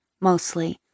mostly